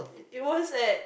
it it was at